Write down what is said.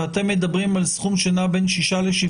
ואתם מדברים על סכום שנע בין 6 ל-7